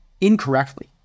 incorrectly